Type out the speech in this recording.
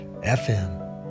FM